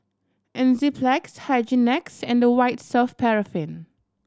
Enzyplex Hygin X and White Soft Paraffin